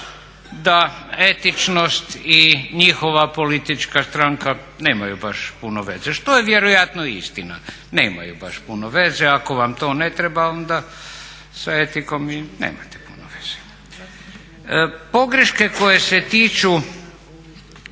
da etičnost i njihova politička stranka nemaju baš puno veze što je vjerojatno i istina. Nemaju baš puno veze. Ako vam to ne treba onda sa etikom i nemate puno veze. Pogreške koje se tiču